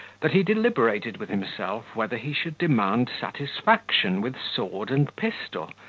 that he deliberated with himself, whether he should demand satisfaction with sword and pistol,